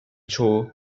çoğu